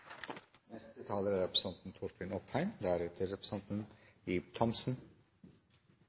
Neste taler er representanten